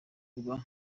kuba